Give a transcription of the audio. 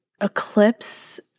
eclipse